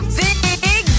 big